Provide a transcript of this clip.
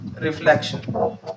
Reflection